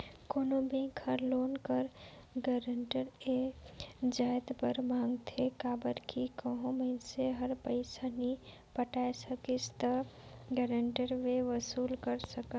कोनो बेंक हर लोन कर गारंटर ए जाएत बर मांगथे काबर कि कहों मइनसे हर पइसा नी पटाए सकिस ता गारंटर ले वसूल कर सकन